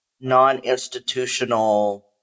non-institutional